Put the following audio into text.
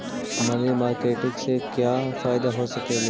मनरी मारकेटिग से क्या फायदा हो सकेली?